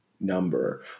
Number